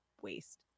waste